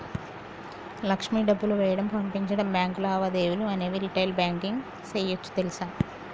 లక్ష్మి డబ్బులు వేయడం, పంపించడం, బాంకు లావాదేవీలు అనేవి రిటైల్ బాంకింగ్ సేయోచ్చు తెలుసా